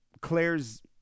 Claire's